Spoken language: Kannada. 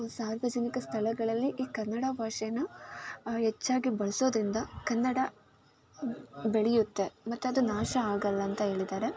ಸಾರ್ವಜನಿಕ ಸ್ಥಳಗಳಲ್ಲಿ ಈ ಕನ್ನಡ ಭಾಷೆನ ಹೆಚ್ಚಾಗಿ ಬಳಸೋದ್ರಿಂದ ಕನ್ನಡ ಬೆಳೆಯುತ್ತೆ ಮತ್ತು ಅದು ನಾಶ ಆಗೋಲ್ಲ ಅಂತ ಹೇಳಿದ್ದಾರೆ